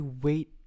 wait